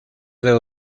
dedo